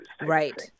Right